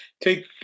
take